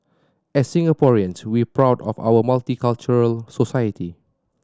as Singaporeans we're proud of our multicultural society